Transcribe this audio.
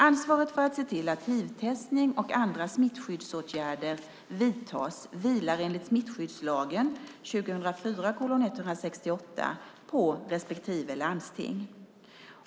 Ansvaret för att se till att hivtestning och andra smittskyddsåtgärder vidtas vilar enligt smittskyddslagen på respektive landsting.